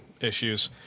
issues